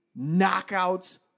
Knockouts